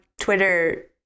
Twitter